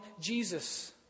Jesus